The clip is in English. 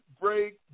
break